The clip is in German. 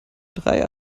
drei